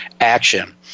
action